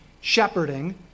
shepherding